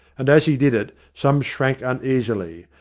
and, as he did it, some shrank uneasily,